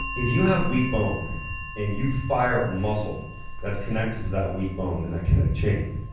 if you have weak bone and you fire a muscle that's connected to that weak bone in that connect chain,